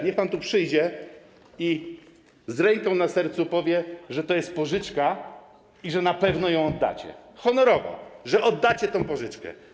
Niech pan tu przyjdzie i z ręką na sercu powie, że to jest pożyczka i że na pewno ją oddacie, honorowo, że oddacie tę pożyczkę.